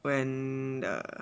when the